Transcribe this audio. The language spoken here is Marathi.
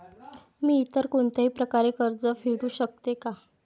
मी इतर कोणत्याही प्रकारे कर्ज फेडू शकते का?